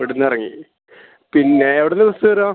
ഇവിടുന്നെറങ്ങി പിന്നെ എവിടുന്നാണ് ബെസ്സ് കയറാ